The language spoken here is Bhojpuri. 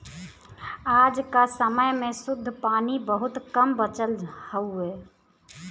आज क समय में शुद्ध पानी बहुत कम बचल हउवे